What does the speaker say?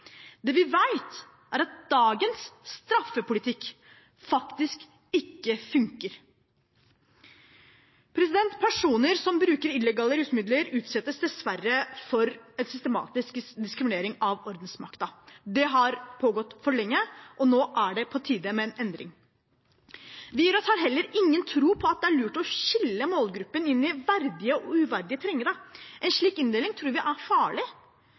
utsettes dessverre for en systematisk diskriminering av ordensmakten. Det har pågått for lenge, og nå er det på tide med en endring. Vi i Rødt har heller ingen tro på at det er lurt å skille målgruppen inn i verdige og uverdige trengende. En slik inndeling tror vi er farlig.